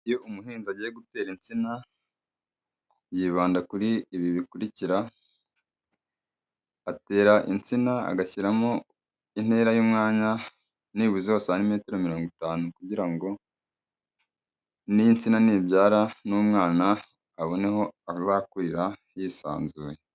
Iyo umuhinzi agiye gutera insina, yibanda kuri ibi bikurikira, atera insina agashyiramo intera y'umwanya, nibuze wa sanimetero mirongo itanu kugira ngo, n'insina nibyara n'umwana abone aho azakurira yisanzuye.